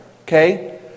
okay